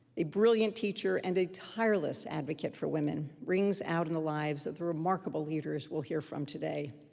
a brilliant teacher, and a tireless advocate for women, rings out in the lives of the remarkable leaders we'll hear from today.